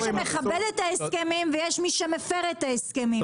ויש מי שמכבד את ההסכמים ויש מי שמפר את ההסכמים.